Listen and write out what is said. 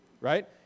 Right